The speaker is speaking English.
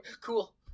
cool